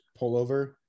pullover